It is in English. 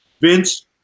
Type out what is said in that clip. Vince